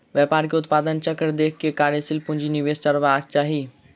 व्यापार के उत्पादन चक्र देख के कार्यशील पूंजी निवेश करबाक चाही